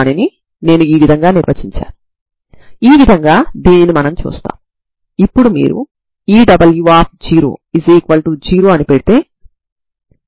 కాబట్టి సులభంగా ఉండడం కోసం నేను a 0 మరియు b L ను తీసుకోవచ్చు